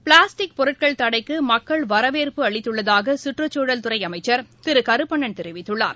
plastic பொருட்கள் தடைக்கு மக்கள் வரவேற்பு அளித்துள்ளதாக சுற்றுச்சூழல்துறை அமைச்சர் திரு கருப்பண்ணன் தெரிவித்துள்ளார்